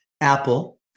Apple